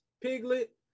Piglet